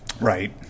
Right